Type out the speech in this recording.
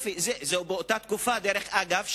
דרך אגב,